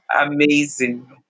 Amazing